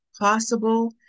possible